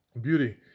Beauty